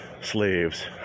slaves